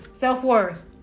Self-worth